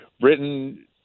Britain